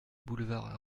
boulevard